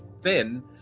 thin